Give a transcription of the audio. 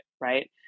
right